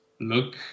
look